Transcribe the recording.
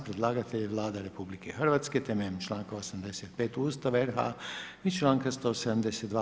Predlagatelj je Vlada RH temeljem članka Ustava RH i članka 172.